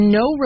no